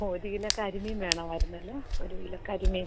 ഒര് കിലോ കരിമീൻ വേണമായിരുന്നല്ലൊ ഒര് കിലോ കരിമീൻ